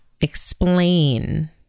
explain